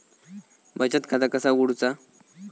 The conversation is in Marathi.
बचत खाता कसा उघडूचा?